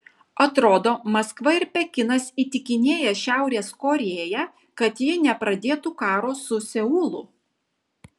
atrodo maskva ir pekinas įtikinėja šiaurės korėją kad ji nepradėtų karo su seulu